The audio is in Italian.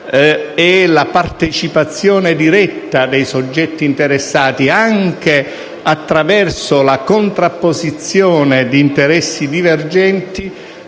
e la partecipazione diretta dei soggetti interessati, anche attraverso la contrapposizione di interessi divergenti,